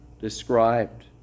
described